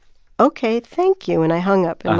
ok. thank you. and i hung up. and